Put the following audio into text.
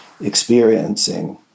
experiencing